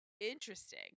interesting